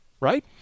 right